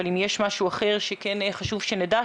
אבל אם יש משהו אחר שכן חשוב שנדע,